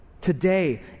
Today